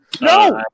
No